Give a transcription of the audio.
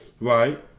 Right